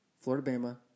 Florida-Bama